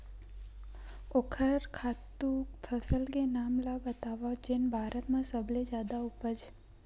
ओखर खातु फसल के नाम ला बतावव जेन भारत मा सबले जादा उपज?